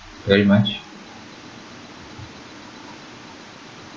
very much